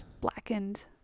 Blackened